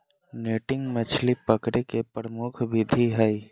netting मछली पकडे के प्रमुख विधि हइ